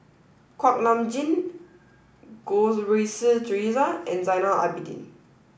kuak Nam Jin Goh Rui Si Theresa and Zainal Abidin